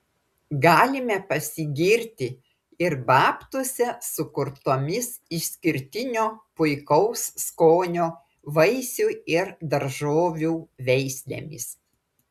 galime pasigirti ir babtuose sukurtomis išskirtinio puikaus skonio vaisių ir daržovių veislėmis